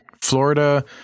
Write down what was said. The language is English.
Florida